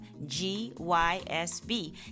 GYSB